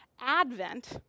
advent